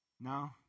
No